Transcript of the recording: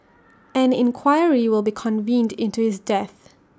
an inquiry will be convened into his death